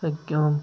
سکوٗم